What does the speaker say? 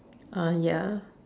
uh ya